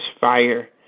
Fire